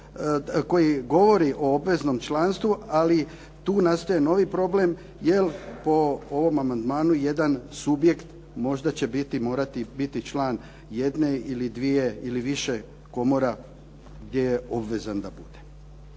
koji govori o obveznim članstvu, ali tu nastaje novi problem je li po ovom amandmanu jedan subjekt, možda će morati biti član jedne ili dvije ili više komora gdje je obvezan da bude.